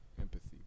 empathy